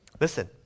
Listen